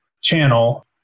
channel